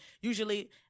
usually